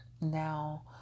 Now